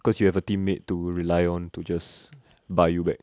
cause you have a teammate to rely on to just buy you back